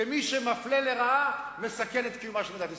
כי מי שמפלה לרעה מסכן את קיומה של מדינת ישראל.